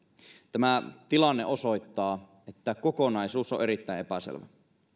tämä tilanne osoittaa että kokonaisuus on on erittäin epäselvä